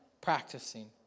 practicing